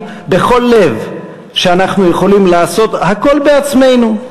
בכל לב שאנחנו יכולים לעשות הכול בעצמנו,